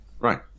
Right